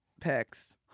picks